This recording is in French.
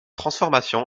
transformation